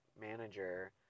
manager